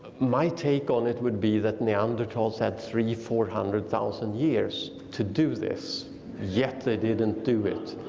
my take on it would be that neanderthals had three, four hundred thousand years to do this yet they didn't do it.